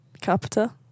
Capita